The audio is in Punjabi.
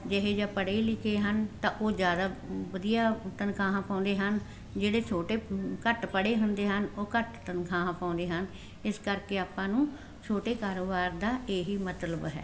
ਜਿਹੋ ਜਿਹਾ ਪੜ੍ਹੇ ਲਿਖੇ ਹਨ ਤਾਂ ਉਹ ਜ਼ਿਆਦਾ ਵਧੀਆ ਤਨਖਾਹਾਂ ਪਾਉਂਦੇ ਹਨ ਜਿਹੜੇ ਛੋਟੇ ਘੱਟ ਪੜ੍ਹੇ ਹੁੰਦੇ ਹਨ ਉਹ ਘੱਟ ਤਨਖਾਹਾਂ ਪਾਉਂਦੇ ਹਨ ਇਸ ਕਰਕੇ ਆਪਾਂ ਨੂੰ ਛੋਟੇ ਕਾਰੋਬਾਰ ਦਾ ਇਹ ਹੀ ਮਤਲਬ ਹੈ